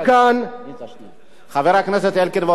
חברי הכנסת אלקין ואורלי, שומעים אתכם עד כאן.